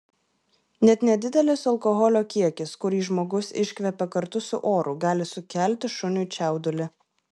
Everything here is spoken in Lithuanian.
net nedidelis alkoholio kiekis kurį žmogus iškvepia kartu su oru gali sukelti šuniui čiaudulį